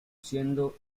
siendo